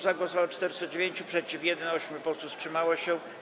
Za głosowało 409, przeciw - 1, 8 posłów wstrzymało się.